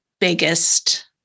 biggest